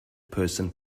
person